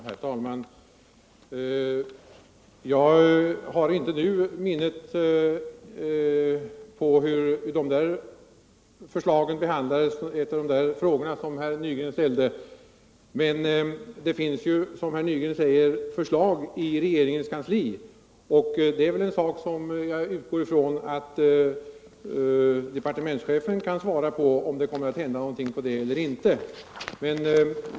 Herr talman! Jag har inte nu något minne av hur dessa förslag behandlades. Men det finns ju som herr Nygren säger förslag i regeringens kansli, och jag utgår från att departementschefen kan svara på om det kommer att hända någonting där eller inte.